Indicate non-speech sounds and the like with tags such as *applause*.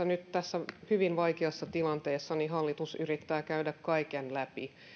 *unintelligible* nyt tässä hyvin vaikeassa tilanteessa hallitus yrittää käydä kaiken läpi